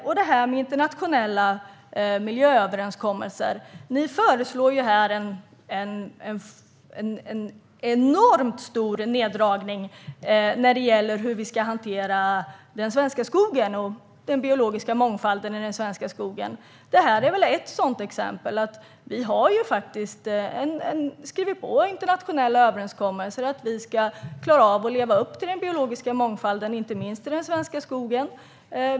När det gäller internationella miljööverenskommelser föreslår ni en enorm försämring i hanteringen av den svenska skogen och den biologiska mångfalden i den svenska skogen. Vi har faktiskt skrivit på internationella överenskommelser om att vi ska klara av att leva upp till den biologiska mångfalden, inte minst i den svenska skogen.